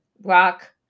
rock